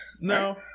No